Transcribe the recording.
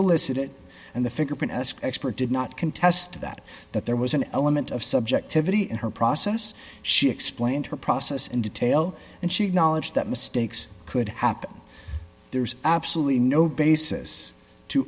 a licit and the fingerprint expert did not contest that that there was an element of subjectivity in her process she explained her process in detail and she acknowledged that mistakes could happen there's absolutely no basis to